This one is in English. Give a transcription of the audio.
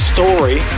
Story